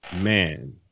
man